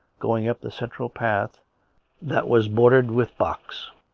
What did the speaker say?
going up the central path that was bordered with box.